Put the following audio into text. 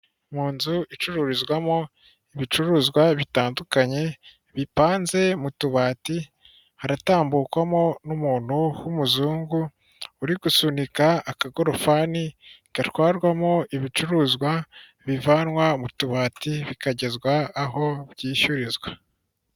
Mu nzu icururizwamo ibicuruzwa bitandukanye, bipanze mu tubati haratambukwamo n'umuntu w'umuzungu, uri gusunika akagorofani gatwarwamo ibicuruzwa bivanwa mu tubati, bikagezwa aho byishyurizwa.